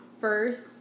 first